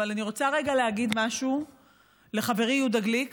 אבל אני רוצה רגע להגיד משהו לחברי יהודה גליק